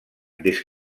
des